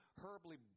horribly